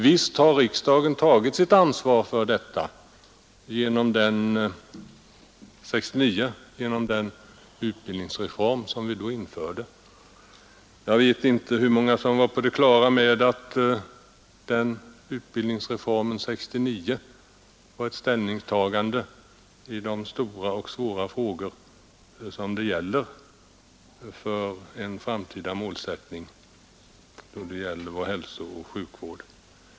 Visst har riksdagen tagit sitt ansvar genom den utbildningsreform som vi genomförde 1969. Jag vet inte hur många som var på det klara med att utbildningsreformen 1969 var ett ställningstagande i de stora och svåra frågor som rör den framtida målsättningen för vår hälsooch sjukvård.